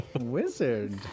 Wizard